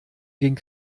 ging